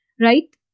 right